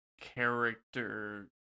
Character